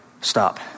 Stop